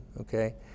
Okay